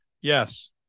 Yes